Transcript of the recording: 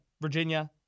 Virginia